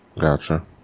Gotcha